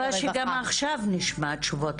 אני מקווה שגם עכשיו נשמע תשובות,